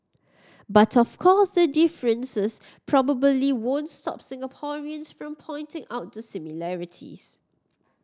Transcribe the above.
but of course the differences probably won't stop Singaporeans from pointing out the similarities